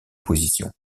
positions